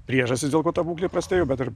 priežastis dėl ko ta būklė prastėjo bet ir